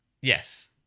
Yes